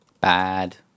bad